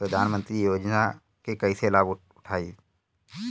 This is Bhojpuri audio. प्रधानमंत्री योजना के कईसे लाभ उठाईम?